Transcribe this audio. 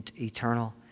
eternal